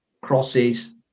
crosses